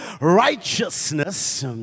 righteousness